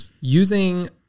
using